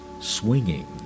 Swinging